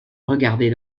regarder